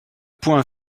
point